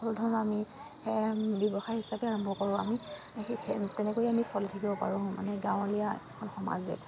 সকলো ধৰণৰ আমি ব্যৱসায় হিচাপে আৰম্ভ কৰোঁ আমি সেই তেনেকৈ আমি চলি থাকিব পাৰোঁ মানে গাঁৱলীয়া সমাজে